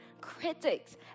critics